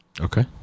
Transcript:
Okay